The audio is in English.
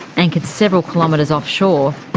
anchored several kilometres offshore,